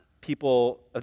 people